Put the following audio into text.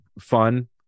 fun